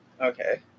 Okay